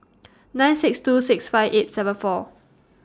nine six two six five eight seven four